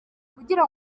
kugira